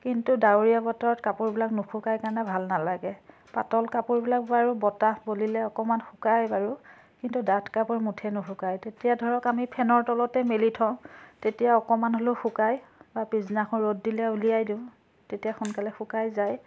কিন্তু ডাৱৰীয়া বতৰত কাপোৰবিলাক নুশুকাই কাৰণে ভাল নালাগে পাতল কাপোৰবিলাক বাৰু বতাহ বলিলে অকণমান শুকাই বাৰু কিন্তু ডাঠ কাপোৰ মুঠেই নুশুকাই তেতিয়া ধৰক আমি ফেনৰ তলতেই মেলি থওঁ তেতিয়া অকণমান হ'লেও শুকাই বা পিছদিনাখন ৰ'দ দিলে উলিয়াই দিওঁ তেতিয়া সোনকালে শুকাই যায়